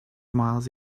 miles